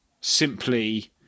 simply